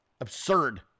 absurd